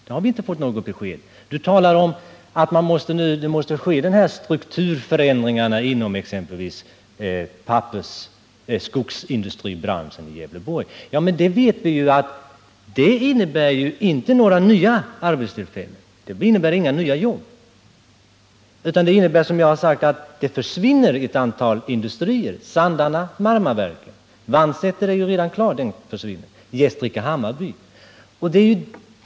Det har vi inte fått något besked om. Rolf Wirtén talar om att dessa strukturförändringar måste ske inom exempelvis skogsindustribranschen i Gävleborgs län. Men vi vet att det innebär ju inte några nya arbetstillfällen, inte några nya jobb, utan det innebär, som jag har sagt, att det försvinner ett antal industrier: Sandarna, Marmaverken. Att Vansäter försvinner är ju redan klart. Det är också fråga om Gästrike-Hammarby.